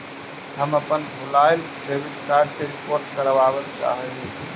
हम अपन भूलायल डेबिट कार्ड के रिपोर्ट करावल चाह ही